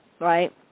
right